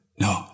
no